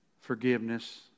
forgiveness